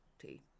tea